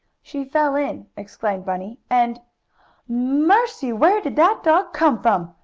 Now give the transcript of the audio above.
she fell in, explained bunny, and mercy! where did that dog come from?